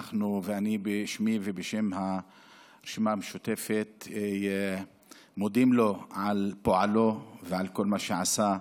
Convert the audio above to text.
בשמי ובשם הרשימה המשותפת אנו מודים לו על פועלו ועל כל מה שעשה.